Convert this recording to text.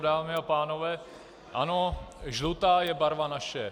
Dámy a pánové, ano, žlutá je barva naše!